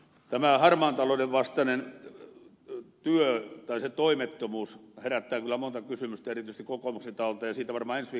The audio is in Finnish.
tämä harmaan talouden vastainen työ tai sen toimettomuus herättää kyllä monta kysymystä erityisesti kokoomuksen taholle ja siitä varmaan ensi viikolla lisää